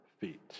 feet